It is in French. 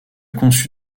conçu